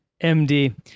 MD